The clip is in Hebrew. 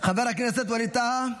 חבר הכנסת ווליד טאהא,